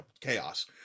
chaos